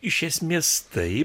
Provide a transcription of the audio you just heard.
iš esmės tai